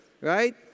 right